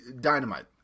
dynamite